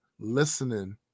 Listening